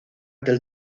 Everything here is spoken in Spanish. del